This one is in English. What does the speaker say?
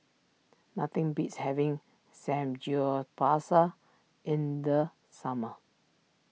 nothing beats having Samgyeopsal in the summer